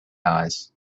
eyes